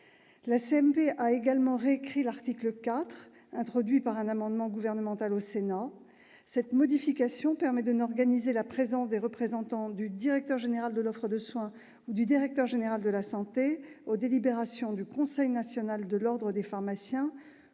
La CMP a également réécrit l'article 4, introduit par un amendement gouvernemental au Sénat. Cette modification permet d'organiser la présence des représentants du directeur général de l'offre de soins et du directeur général de la santé aux délibérations du Conseil national de l'ordre des pharmaciens